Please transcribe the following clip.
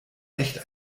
echt